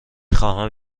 خواهم